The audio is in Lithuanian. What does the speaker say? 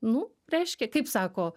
nu reiškia kaip sako